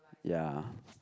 ya